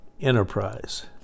enterprise